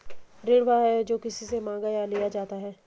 ऋण वह है, जो किसी से माँगा या लिया जाता है